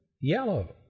yellow